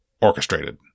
orchestrated